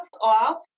off